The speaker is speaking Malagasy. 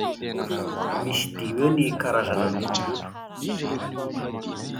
Misy dimy eo ny karazana lokom-bolo